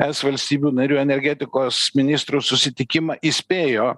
es valstybių narių energetikos ministrų susitikimą įspėjo